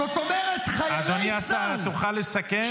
זאת אומרת, חיילי צה"ל -- אדוני השר, תוכל לסכם?